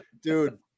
Dude